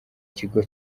kigo